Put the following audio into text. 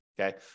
okay